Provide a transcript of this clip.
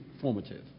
formative